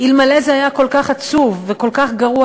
אלמלא זה היה כל כך עצוב וכל כך גרוע